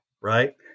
right